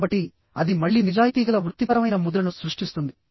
కాబట్టి అది మళ్ళీ నిజాయితీగల వృత్తిపరమైన ముద్రను సృష్టిస్తుంది